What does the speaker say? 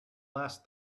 last